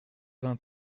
vingt